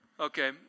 Okay